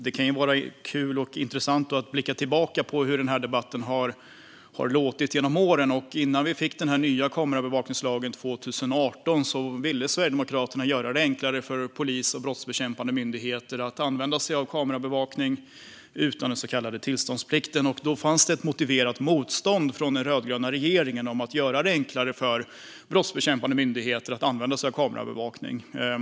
Det kan vara kul och intressant att då blicka tillbaka på hur den här debatten har låtit genom åren. Innan vi fick den nya kamerabevakningslagen 2018 ville Sverigedemokraterna göra det enklare för polis och brottsbekämpande myndigheter att använda sig av kamerabevakning utan den så kallade tillståndsplikten. Då fanns det ett motiverat motstånd från den rödgröna regeringen mot att göra det enklare för brottsbekämpande myndigheter att använda kamerabevakning.